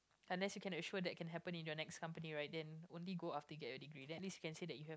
unless you can assure that can happen in your next company right then only go after get your degree unless you can say the work